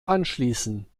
anschließen